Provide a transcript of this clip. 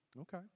Okay